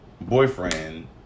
boyfriend